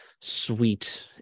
sweet